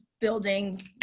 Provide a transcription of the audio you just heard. building